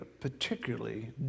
particularly